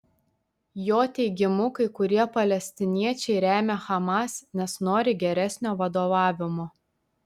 jo teigimu kai kurie palestiniečiai remia hamas nes nori geresnio vadovavimo